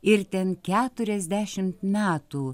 ir ten keturiasdešimt metų